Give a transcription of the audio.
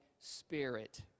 Spirit